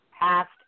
past